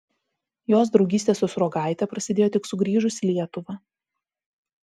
jos draugystė su sruogaite prasidėjo tik sugrįžus į lietuvą